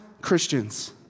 Christians